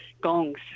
gongs